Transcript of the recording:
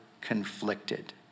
conflicted